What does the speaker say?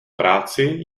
práci